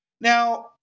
Now